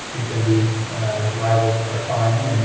you can be liable for a fine. and